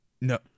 No